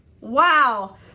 Wow